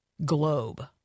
globe